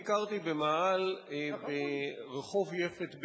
אני ביקרתי במאהל ברחוב יפת ביפו,